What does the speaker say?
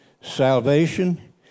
salvation